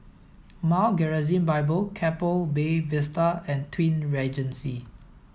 Mount Gerizim Bible Keppel Bay Vista and Twin Regency